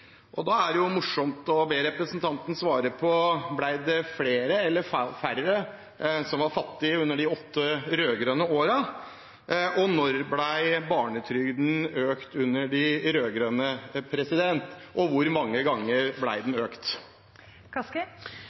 historie. Da er det morsomt å be representanten om å svare på følgende: Ble det flere eller færre fattige under de åtte rød-grønne årene? Når ble barnetrygden økt under de rød-grønne? Og hvor mange ganger ble den økt?